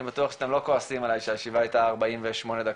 אני בטוח שאתם לא כועסים עליי שהישיבה הייתה 48 דקות.